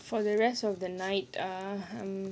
for the rest of the night err um